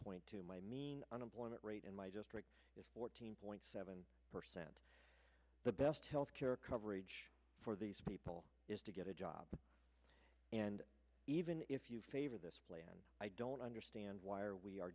point two my mean unemployment rate in my district is fourteen point seven percent the best health care coverage for these people is to get a job and even if you favor this plan i don't understand why are we are